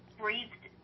breathed